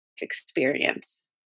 experience